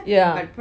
yeah